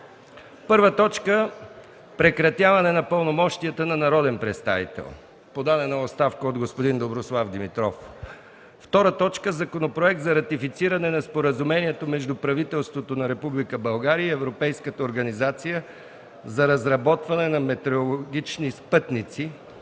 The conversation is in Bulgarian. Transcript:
2014 г.: 1. Прекратяване на пълномощията на народен представител (подадена е оставка от господин Доброслав Димитров). 2. Законопроект за ратифициране на Споразумението между правителството на Република България и Европейската организация за разработване на метеорологични спътници